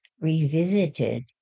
revisited